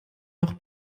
noch